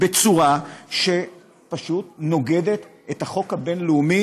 בצורה שפשוט נוגדת את החוק הבין-לאומי